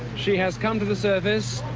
she has come to the surface.